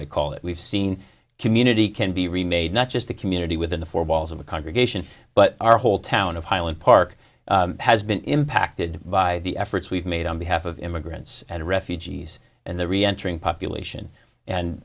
i call that we've seen community can be remade not just the community within the four walls of the congregation but our whole town of highland park has been impacted by the efforts we've made on behalf of immigrants and refugees and the re entering population and